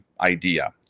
idea